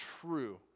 true